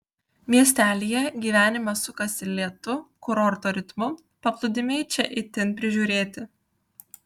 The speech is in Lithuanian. miestelyje gyvenimas sukasi lėtu kurorto ritmu paplūdimiai čia itin prižiūrėti